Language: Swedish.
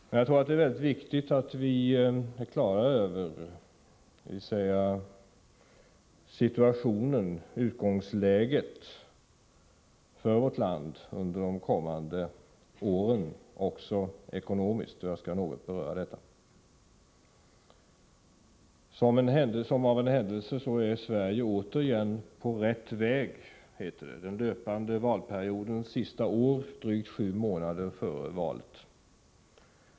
Men det är mycket viktigt att vi är på det klara med utgångsläget för vårt land under de kommande åren, också ekonomiskt. Jag skall något beröra detta. Som av en händelse är Sverige under den löpande valperiodens sista år, drygt sju månader före valet, återigen på rätt väg, som det heter.